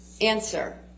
answer